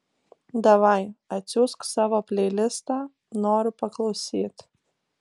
davai atsiųsk savo pleilistą noriu paklausyt